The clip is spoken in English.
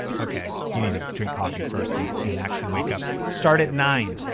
okay, you need to drink coffee first and and actually wake up. start at nine,